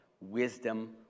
wisdom